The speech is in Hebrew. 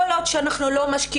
כל עוד שאנחנו לא משקיעים,